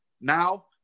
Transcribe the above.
now